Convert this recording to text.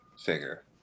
figure